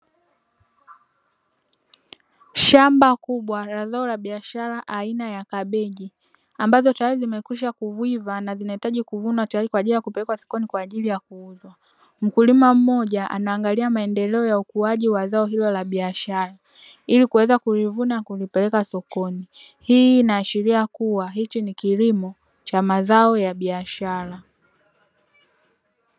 Shamba kubwa la zao la biashara aina ya kabeji ambazo tayari zimekwisha kuiva na zinahitaji kuvunwa tayari kupelekwa sokoni kwajili ya kuuzwa, mkulima mmoja anaangalia maendeleo ya ukuaji wa zao hilo la biashara ili kuweza kulivuna na kupeleka sokoni, hii inaashiria kuwa hichi ni kilimo cha mazao ya biashara.